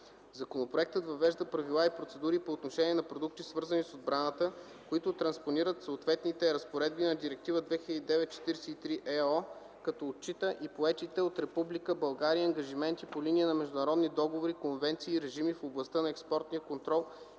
Законопроектът въвежда правила и процедури по отношение на продукти, свързани с отбраната, които транспонират съответните разпоредби на Директива 2009/43/ЕО, като отчита и поетите от Република България ангажименти по линия на международни договори, конвенции и режими в областта на експортния контрол